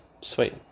Sweet